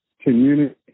community